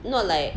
not like